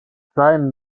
sein